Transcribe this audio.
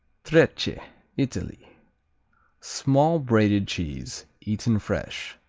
trecce italy small, braided cheese, eaten fresh.